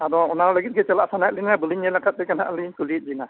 ᱟᱫᱚ ᱚᱱᱟ ᱞᱟᱹᱜᱤᱫ ᱜᱮ ᱪᱟᱞᱟᱜ ᱥᱟᱱᱟᱭᱮᱫ ᱞᱤᱧᱟ ᱵᱟᱹᱞᱤᱧ ᱧᱮᱞ ᱟᱠᱟᱫ ᱛᱮᱜᱮ ᱱᱟᱦᱟᱜ ᱞᱤᱧ ᱠᱩᱞᱤᱭᱮᱫ ᱵᱤᱱᱟ